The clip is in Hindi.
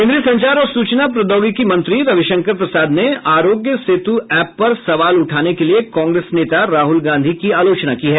केन्द्रीय संचार और सूचना प्रौद्योगिकी मंत्री रविशंकर प्रसाद ने आरोग्य सेतु ऐप पर सवाल उठाने के लिए कांग्रेस नेता राहुल गांधी की आलोचना की है